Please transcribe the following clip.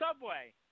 Subway